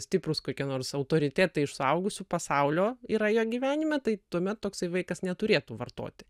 stiprūs kokie nors autoritetai iš suaugusių pasaulio yra jo gyvenime tai tuomet toksai vaikas neturėtų vartoti